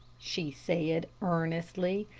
she said, earnestly,